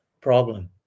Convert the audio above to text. problem